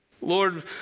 Lord